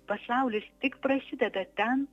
pasaulis tik prasideda ten